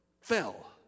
fell